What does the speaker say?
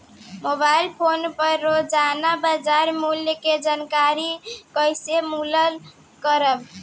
Mobile phone पर रोजाना बाजार मूल्य के जानकारी कइसे मालूम करब?